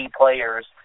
players